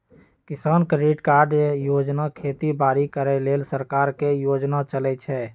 किसान credit card योजना खेती बाड़ी करे लेल सरकार के योजना चलै छै